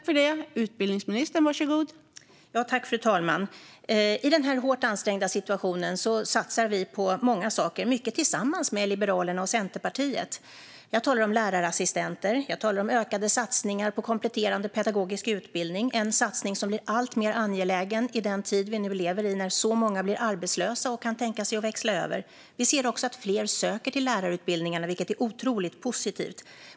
Fru talman! I denna hårt ansträngda situation satsar vi på många saker. Mycket gör vi tillsammans med Liberalerna och Centerpartiet. Jag talar om lärarassistenter och ökade satsningar på kompletterande pedagogisk utbildning. Det är en satsning som blir alltmer angelägen i den tid vi nu lever i när så många blir arbetslösa och kan tänka sig att växla över. Vi ser också att fler söker till lärarutbildningarna, vilket är otroligt positivt.